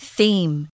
Theme